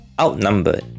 outnumbered